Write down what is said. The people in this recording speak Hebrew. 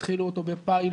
יתחילו אותו בפיילוט,